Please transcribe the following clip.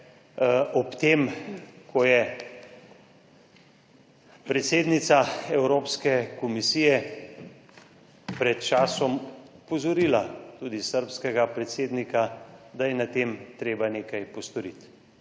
slišali, ko je predsednica Evropske komisije pred časom opozorila tudi srbskega predsednika, da je na tem treba nekaj postoriti.